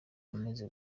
amaze